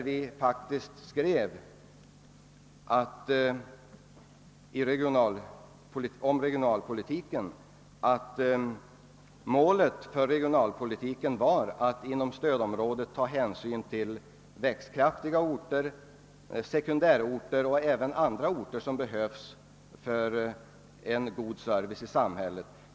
Vi skrev faktiskt om regionalpolitiken, att målet för denna är att inom stödområdet ta hänsyn till växtkraftiga orter, sekundärorter och även andra orter som behövs för en god service i samhället.